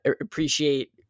appreciate